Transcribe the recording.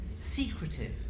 secretive